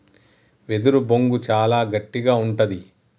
వెదురు బొంగు చాలా గట్టిగా ఉంటది